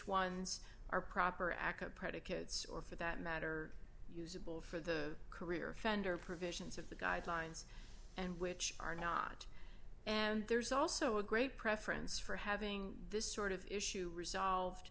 ones are proper acca predicates or for that matter usable for the career offender provisions of the guidelines and which are not and there's also a great preference for having this sort of issue resolved